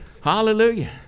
Hallelujah